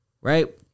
right